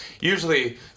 usually